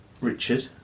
Richard